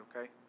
okay